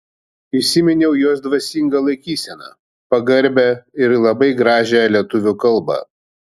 įsiminiau jos dvasingą laikyseną pagarbią ir labai gražią lietuvių kalbą